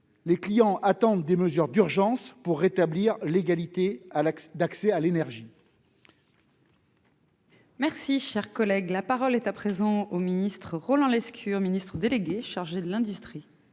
les clients attendent des mesures d'urgence pour rétablir l'égalité d'accès à l'énergie.